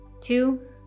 two